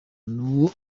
n’uwo